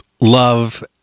love